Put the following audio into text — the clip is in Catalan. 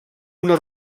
una